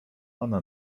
ona